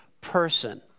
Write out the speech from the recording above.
person